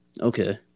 Okay